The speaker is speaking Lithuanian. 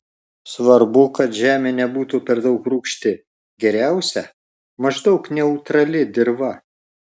svarbu kad žemė nebūtų per daug rūgšti geriausia maždaug neutrali dirva